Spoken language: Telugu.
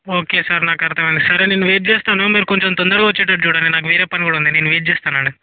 ఓకే సార్ నాకు అర్థమైంది సరే నేను వెయిట్ చేస్తాను మీరు కొంచెం తొందరగా వచ్చేటట్టు చూడండి నాకు వేరే పని కూడా ఉంది నేను వెయిట్ చేస్తాను అండి